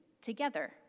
together